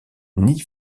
nient